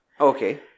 Okay